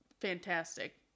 fantastic